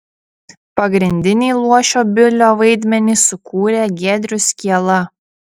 pagrindinį luošio bilio vaidmenį sukūrė giedrius kiela